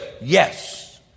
Yes